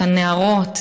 את הנערות,